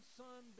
son